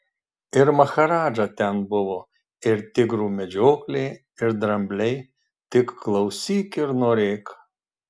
ir maharadža ten buvo ir tigrų medžioklė ir drambliai tik klausyk ir norėk